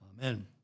Amen